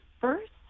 first